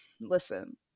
Listen